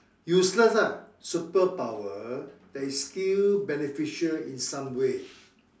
useless lah superpower that is still beneficial in some way